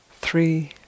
three